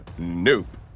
Nope